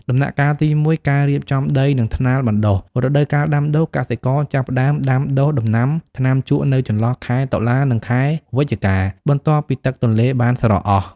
ដំណាក់កាលទី ១ ការរៀបចំដី និងថ្នាលបណ្ដុះ រដូវកាលដាំដុះ កសិករចាប់ផ្ដើមដាំដុះដំណាំថ្នាំជក់នៅចន្លោះខែតុលា និងខែវិច្ឆិកា បន្ទាប់ពីទឹកទន្លេបានស្រកអស់។